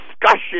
discussion